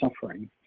suffering